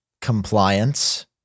Compliance